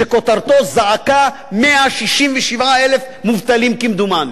שכותרתו זעקה 167,000 מובטלים, כמדומני,